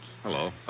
Hello